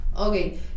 okay